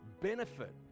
benefit